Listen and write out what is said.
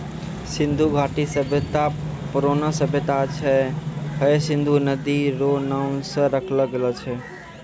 सिन्धु घाटी सभ्यता परौनो सभ्यता छै हय सिन्धु नदी रो नाम से राखलो गेलो छै